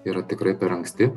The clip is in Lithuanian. yra tikrai per anksti